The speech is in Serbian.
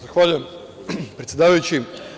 Zahvaljujem, predsedavajući.